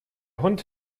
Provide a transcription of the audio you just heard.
hund